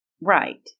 right